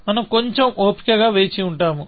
మనం కొంచెం ఓపికగా వేచి ఉంటాము